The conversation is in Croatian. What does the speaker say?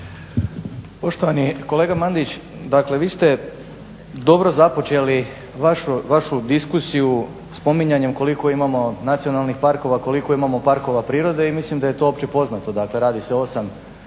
Poštovani kolega Mandić dakle vi ste dobro započeli vašu diskusiju spominjanjem koliko imamo nacionalnih parkova, koliko imamo parkova prirode i mislim da je to općepoznato. Dakle, radi se o